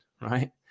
right